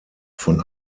von